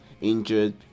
injured